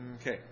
okay